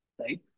right